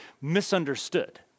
misunderstood